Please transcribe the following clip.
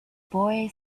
boy